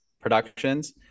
productions